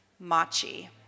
Machi